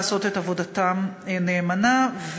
לעשות את עבודתם נאמנה.